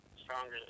stronger